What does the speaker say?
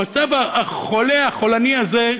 לכן, במצב החולה, החולני הזה,